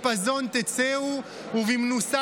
אי-אפשר להכניס לבסיס התקציב, אז עושים קומבינות.